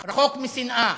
רחוק משנאה,